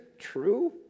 true